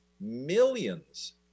millions